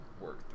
work